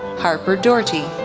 harper doherty,